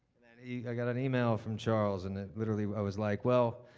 yeah i got an email from charles, and literally i was like well,